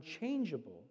unchangeable